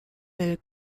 will